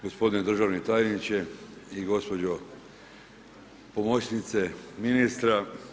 Gospodine državni tajniče i gospođo pomoćnice ministra.